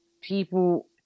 people